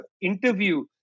interview